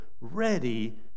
ready